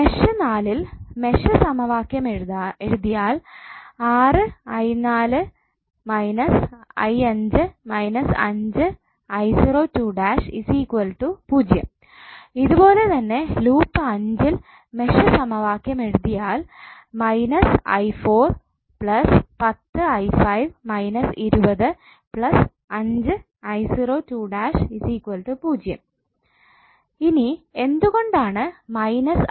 mesh 4 ഇൽ mesh സമവാക്യം എഴുതിയാൽ 5 0 ഇതുപോലെതന്നെ ലൂപ്പ് അഞ്ചിൽ മെഷ് സമവാക്യം എഴുതിയാൽ −𝑖4 10𝑖5 − 20 5𝑖0′′ 0 ഇനി എന്തുകൊണ്ടാണ് −𝑖4